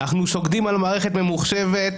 אנחנו שוקדים על מערכת ממוחשבת,